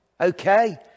okay